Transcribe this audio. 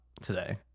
today